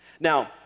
Now